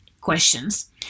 questions